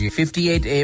58A